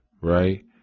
right